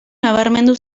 nabarmendu